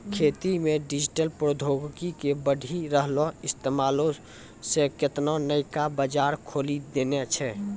खेती मे डिजिटल प्रौद्योगिकी के बढ़ि रहलो इस्तेमालो से केतना नयका बजार खोलि देने छै